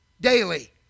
daily